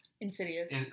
Insidious